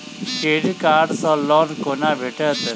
Credit card सँ loan कोना भेटत?